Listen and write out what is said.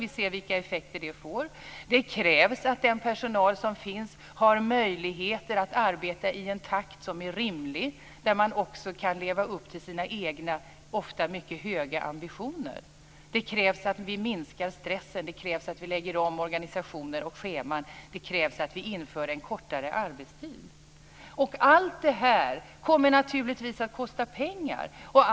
Vi ser vilka effekter det får. Det krävs att den personal som finns har möjlighet att arbeta i en takt som är rimlig där man också kan leva upp till sina egna ofta mycket höga ambitioner. Det krävs att vi minskar stressen. Det krävs att vi lägger om organisationer och scheman. Det krävs att vi inför en kortare arbetstid. Allt det här kommer naturligtvis att kosta pengar.